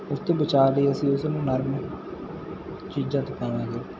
ਉਸ ਤੋਂ ਬਚਾ ਦੇ ਅਸੀਂ ਉਸ ਨੂੰ ਨਰ ਚੀਜ਼ਾਂ ਚ ਪਾਵਾਂਗੇ